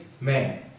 man